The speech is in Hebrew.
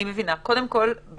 קודם כול,